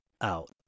out